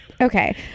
Okay